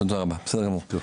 תודה רבה, בסדר גמור.